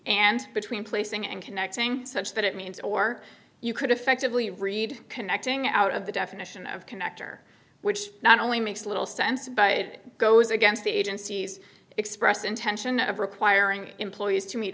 and between placing and connecting such that it means or you could effectively read connecting out of the definition of connector which not only makes little sense but it goes against the agency's express intention of requiring employees to meet